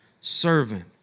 servant